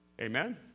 Amen